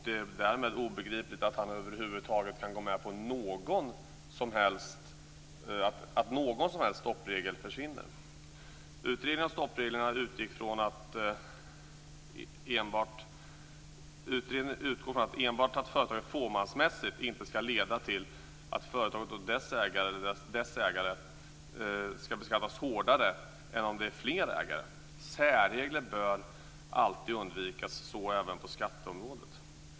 Det är därmed obegripligt att han över huvud taget kan gå med på att någon som helst stoppregel försvinner. Utredningen av stoppreglerna utgår från att företagen fåmansmässigt inte ska leda till att företaget eller dess ägare ska beskattas hårdare än om det är fler ägare. Särregler bör alltid undvikas, så även på skatteområdet.